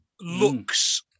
looks